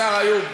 השר לוין,